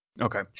Okay